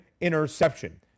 interception